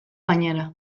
gainera